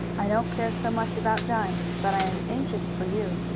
i don't care so much about dying, but i am anxious for you.